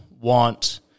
want